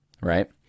right